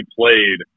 played